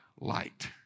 light